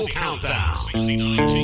countdown